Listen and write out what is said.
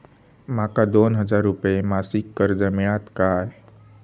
माका दोन हजार रुपये मासिक कर्ज मिळात काय?